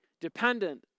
dependent